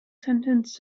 sentenced